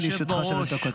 בבקשה, לרשותך שלוש דקות.